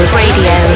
radio